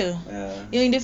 ya